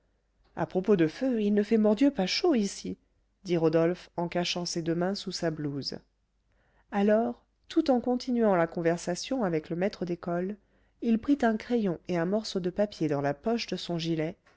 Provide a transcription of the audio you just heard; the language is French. à propos de feu il ne fait mordieu pas chaud ici dit rodolphe en cachant ses deux mains sous sa blouse alors tout en continuant la conversation avec le maître d'école il prit un crayon et un morceau de papier dans la poche de son gilet